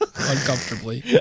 uncomfortably